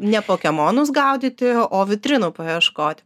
ne pokemonus gaudyti o vitrinų paieškoti